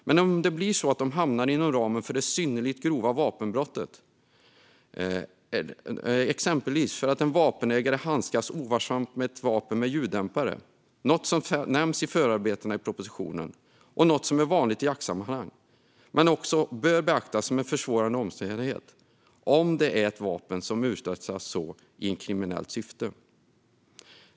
Men om det hamnar inom ramen för det synnerligen grova vapenbrottet, exempelvis för att en vapenägare handskats ovarsamt med ett vapen med ljuddämpare - något som nämns i förarbetena i propositionen och något som är vanligt i jaktsammanhang - bör det betraktas som en försvårande omständighet om det är ett vapen som utrustats så i kriminellt syfte.